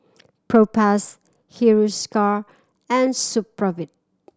Propass Hiruscar and Supravit